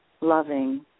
loving